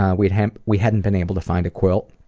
ah we hadn't we hadn't been able to find a quilt,